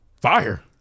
fire